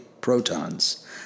protons